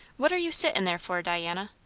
what are you sittin' there for, diana?